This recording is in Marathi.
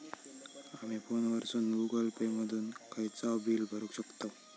आमी फोनवरसून गुगल पे मधून खयचाव बिल भरुक शकतव